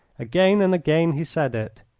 again and again he said it.